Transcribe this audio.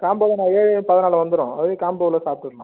combo தானே ஏழே பதினாலு வந்துடும் அதில் காம்போவில் சாப்பிட்டுர்லாம்